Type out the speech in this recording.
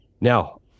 Now